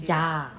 yeah